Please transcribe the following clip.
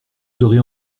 serez